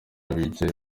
bicaye